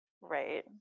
right